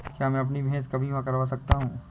क्या मैं अपनी भैंस का बीमा करवा सकता हूँ?